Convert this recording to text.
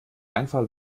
einfall